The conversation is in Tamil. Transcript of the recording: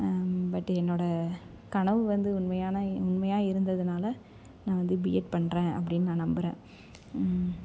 பட்டு என்னோடய கனவு வந்து உண்மையான உண்மையாக இருந்ததுனால் நான் வந்து பிஎட் பண்ணுறேன் அப்படின்னு நான் நம்புகிறேன்